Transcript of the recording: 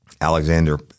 Alexander